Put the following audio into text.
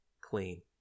clean